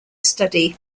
study